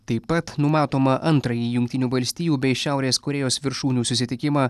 taip pat numatoma antrąjį jungtinių valstijų bei šiaurės korėjos viršūnių susitikimą